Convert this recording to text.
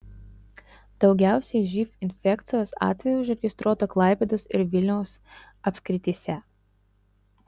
daugiausiai živ infekcijos atvejų užregistruota klaipėdos ir vilniaus apskrityse